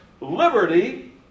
liberty